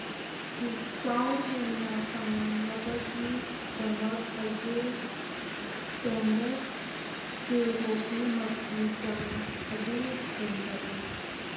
discount ꯍꯦꯟꯅ ꯐꯪꯅꯕꯒꯤꯗꯃꯛ ꯍꯖꯤꯜꯁ ꯏꯁꯇꯦꯟꯂꯦꯁ ꯏꯁꯇꯤꯜ ꯀꯣꯐꯤ ꯃꯛꯀꯤ ꯆꯥꯡ ꯑꯗꯨ ꯍꯦꯟꯒꯠꯂꯨ